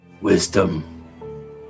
wisdom